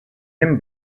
him